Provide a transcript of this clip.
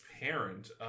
parent